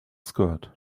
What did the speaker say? skirt